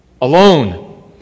Alone